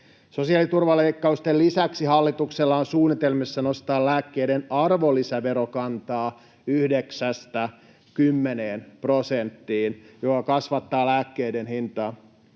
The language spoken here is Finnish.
Sosiaaliturvaleikkausten lisäksi hallituksella on suunnitelmissa nostaa lääkkeiden arvonlisäverokantaa yhdeksästä kymmeneen prosenttiin, mikä kasvattaa lääkkeiden hintaa.